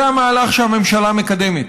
זה המהלך שהממשלה מקדמת.